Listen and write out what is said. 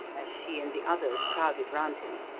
as she and the others crowded round him.